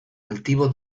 altivo